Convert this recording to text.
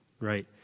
right